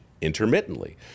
intermittently